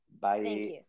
Bye